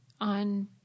on